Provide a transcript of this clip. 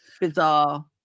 bizarre